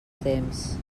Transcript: temps